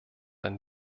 ein